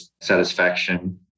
satisfaction